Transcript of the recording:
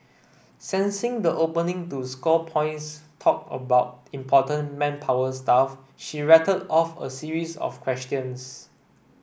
sensing the opening to score points talk about important manpower stuff she rattled off a series of questions